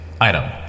Item